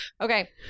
Okay